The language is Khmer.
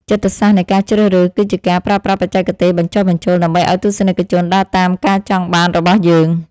ចិត្តសាស្ត្រនៃការជ្រើសរើសគឺជាការប្រើប្រាស់បច្ចេកទេសបញ្ចុះបញ្ចូលដើម្បីឱ្យទស្សនិកជនដើរតាមការចង់បានរបស់យើង។